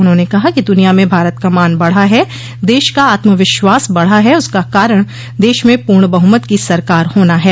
उन्होंने कहा कि दुनिया में भारत का मान बढ़ा है देश का आत्म विश्वास बढ़ा है उसका कारण देश में पूर्ण बहुमत की सरकार होना है